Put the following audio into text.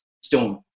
stone